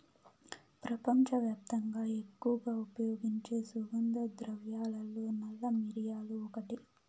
ప్రపంచవ్యాప్తంగా ఎక్కువగా ఉపయోగించే సుగంధ ద్రవ్యాలలో నల్ల మిరియాలు ఒకటి